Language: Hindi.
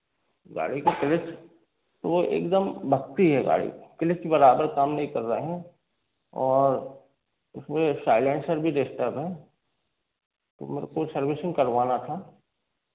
गाड़ी का क्लिच वह एक दम भगती है गाड़ी क्लिच बराबर काम नहीं कर रहा है और उसमें सायलेंसर भी डिस्टब है तो मतलब कोई सर्विसिंग करवाना था